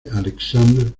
aleksandr